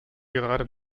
gerade